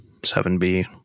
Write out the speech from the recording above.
7b